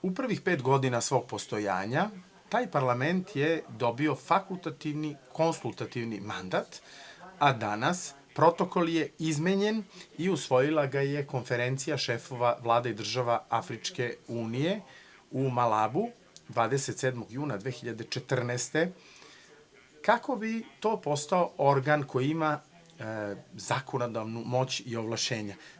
U prvih pet godina svog postojanja, taj parlament je dobio fakultativni, konsultativni mandat, a danas, protokol je izmenjen i usvojila ga je Konferencija šefova Vlade i država Afričke unije u Malabu, 27. juna 2014. godine, kako bi to postao organ koji ima zakonodavnu moć i ovlašćenja.